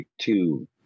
two